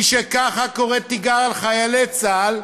מי שככה קורא תיגר על חיילי צה"ל,